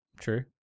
true